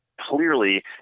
clearly